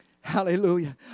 Hallelujah